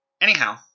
Anyhow